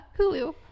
hulu